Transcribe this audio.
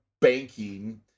banking